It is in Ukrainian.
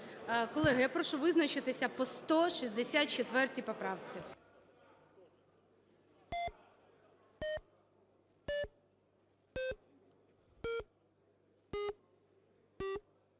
Колеги, я прошу визначитися по 164 поправці.